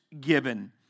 given